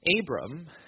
Abram